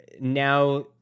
now